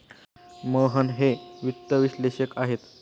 मोहन हे वित्त विश्लेषक आहेत